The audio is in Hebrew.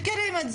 התנדבתי